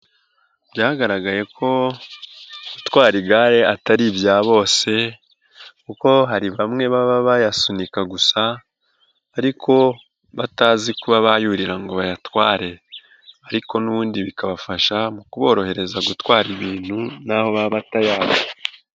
Byagaragaye ko gutwara igare atari ibya bose kuko hari bamwe baba bayasunika gusa ariko batazi kuba bayurira ngo bayatware ariko n'ubundi bikabafasha mu kuborohereza gutwara ibintu naho baba batayazi.